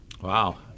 Wow